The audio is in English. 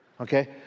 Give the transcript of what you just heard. Okay